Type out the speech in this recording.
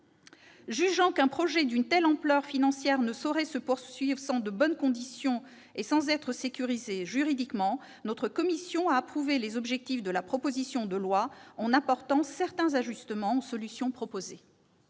Jugeant qu'un projet d'une telle ampleur financière ne saurait se poursuivre dans de bonnes conditions sans être sécurisé juridiquement, notre commission a approuvé les objectifs de la proposition de loi, en apportant certains ajustements aux solutions proposées.